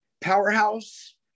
powerhouse